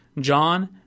John